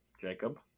jacob